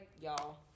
y'all